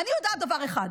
אני יודעת דבר אחד.